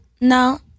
No